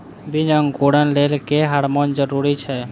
बीज अंकुरण लेल केँ हार्मोन जरूरी छै?